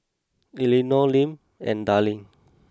Elinor Lim and Darline